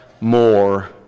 more